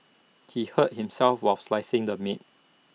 he hurt himself while slicing the meat